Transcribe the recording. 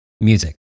music